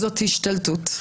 זאת השתלטות.